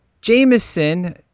Jameson